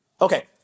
Okay